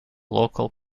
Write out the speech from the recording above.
local